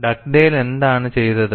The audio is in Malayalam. ഡഗ്ഡേൽ എന്താണ് ചെയ്തത്